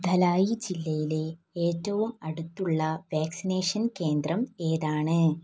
ധലായ് ജില്ലയിലെ ഏറ്റവും അടുത്തുള്ള വാക്സിനേഷൻ കേന്ദ്രം ഏതാണ്